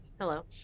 hello